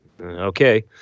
okay